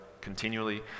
continually